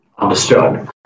Understood